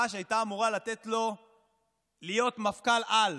שהייתה אמורה לתת לו להיות מפכ"ל-על.